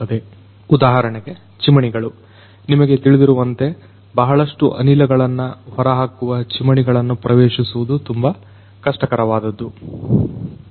ಉದಾಹರಣೆಗೆ ಚಿಮಣಿಗಳು ನಿಮಗೆ ತಿಳಿದಿರುವಂತೆ ಬಹಳಷ್ಟು ಅನಿಲಗಳನ್ನು ಹೊರಹಾಕುವ ಚಿಮಣಿಗಳನ್ನು ಪ್ರವೇಶಿಸುವುದು ತುಂಬಾ ಕಷ್ಟಕರವಾದದ್ದು